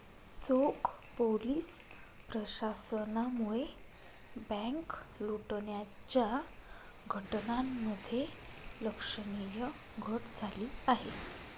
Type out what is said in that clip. चोख पोलीस प्रशासनामुळे बँक लुटण्याच्या घटनांमध्ये लक्षणीय घट झाली आहे